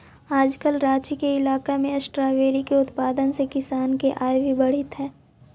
आजकल राँची के इलाका में स्ट्राबेरी के उत्पादन से किसान के आय भी बढ़ित हइ